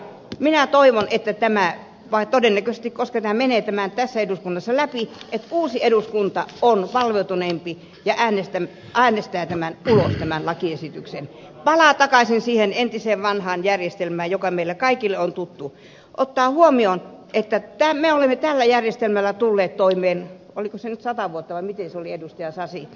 minä toivon että todennäköisesti koska tämä menee tässä eduskunnassa läpi uusi eduskunta on valveutuneempi ja äänestää ulos tämän lakiesityksen palaa takaisin siihen entiseen vanhaan järjestelmään joka meille kaikille on tuttu joka ottaa huomioon että me olemme tällä järjestelmällä tulleet toimeen oliko se nyt sata vuotta vai miten se oli ed